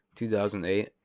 2008